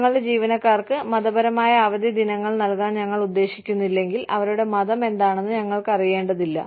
ഞങ്ങളുടെ ജീവനക്കാർക്ക് മതപരമായ അവധി ദിനങ്ങൾ നൽകാൻ ഞങ്ങൾ ഉദ്ദേശിക്കുന്നില്ലെങ്കിൽ അവരുടെ മതം എന്താണെന്ന് ഞങ്ങൾക്ക് അറിയേണ്ടതില്ല